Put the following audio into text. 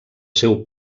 seu